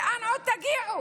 לאן עוד תגיעו?